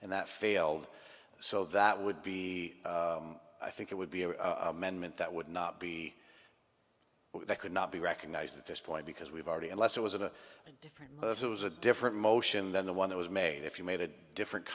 and that failed so that would be i think it would be a amendment that would not be well they could not be recognized at this point because we've already unless it was a different it was a different motion than the one that was made if you made a different